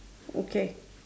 okay